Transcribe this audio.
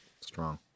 strong